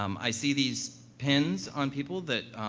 um i see these pins on people that,